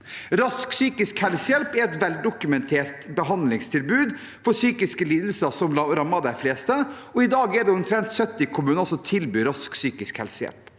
Rask psykisk helsehjelp er et veldokumentert behandlingstilbud for de psykiske lidelsene som rammer flest. I dag er det omtrent 70 kommuner som tilbyr rask psykisk helsehjelp.